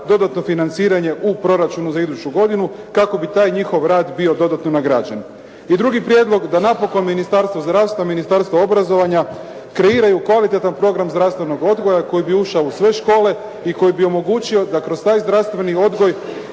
dodatno financiranje u proračunu za iduću godinu kako bi taj njihov rad bio dodatno nagrađen. I drugi prijedlog, da napokon Ministarstvo zdravstvo i Ministarstvo obrazovanja kreiraju kvalitetan program zdravstvenog odgoja koji bi ušao u sve škole i koji bi omogućio da kroz taj zdravstveni odgoj